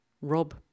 Rob